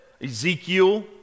Ezekiel